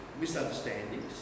misunderstandings